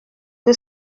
que